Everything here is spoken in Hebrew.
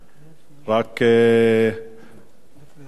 רק לאדוני היושב-ראש,